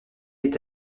est